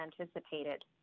anticipated